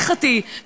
גם ההלכתי,